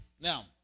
Now